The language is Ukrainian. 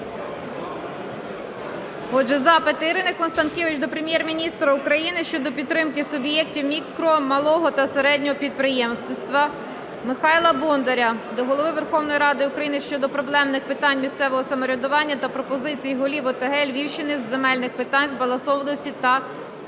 Отже, запит Ірини Констанкевич до Прем'єр-міністра України щодо підтримки суб'єктів мікро, малого та середнього підприємництва. Михайла Бондаря до Голови Верховної Ради України щодо проблемних питань місцевого самоврядування та пропозицій голів ОТГ Львівщини з земельних питань, збалансованості та